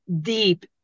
deep